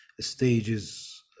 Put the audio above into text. stages